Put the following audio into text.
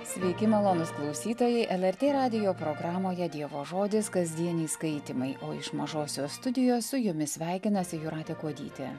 sveiki malonūs klausytojai el er tė radijo programoje dievo žodis kasdieniai skaitymai o iš mažosios studijos su jumis sveikinasi jūratė kuodytė